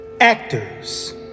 actors